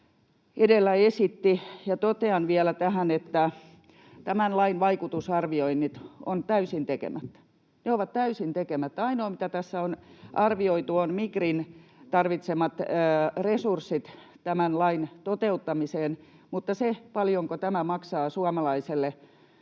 edellä esitti, ja totean vielä tähän, että tämän lain vaikutusarvioinnit ovat täysin tekemättä — ne ovat täysin tekemättä. Ainoa, mitä tässä on arvioitu, on Migrin tarvitsemat resurssit tämän lain toteuttamiseen, mutta se, paljonko tämä maksaa suomalaiselle